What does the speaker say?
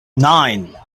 nine